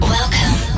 Welcome